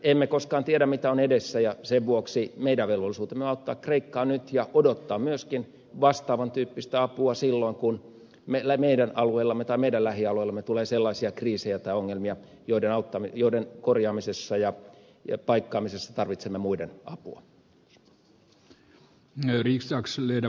emme koskaan tiedä mitä on edessä ja sen vuoksi meidän velvollisuutemme on auttaa kreikkaa nyt ja odottaa myöskin vastaavan tyyppistä apua silloin kun meidän lähialueellamme tulee sellaisia kriisejä tai ongelmia joiden korjaamisessa ja paikkaamisessa tarvitsemme muiden apua